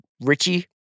Richie